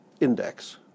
index